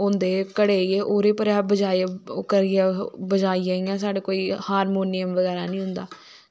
होंदे घड़े जेह् ओह्दे पर अस बजाया ओह् करियै बजाईयै इयां साड़ै कोई हारमोनियम बगैरा नी होंदा